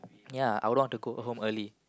ya I wouldn't want to go home early